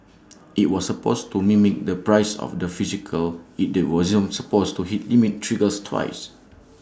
IT was supposed to mimic the price of the physical IT wasn't supposed to hit limit triggers twice